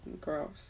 gross